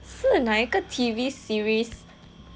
是哪一个 T_V series